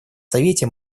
совете